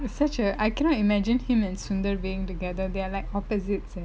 it's such a I cannot imagine him and sundar being together they are like opposites eh